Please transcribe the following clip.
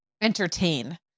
entertain